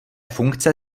funkce